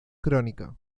crónica